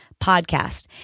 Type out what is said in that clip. podcast